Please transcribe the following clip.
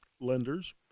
lenders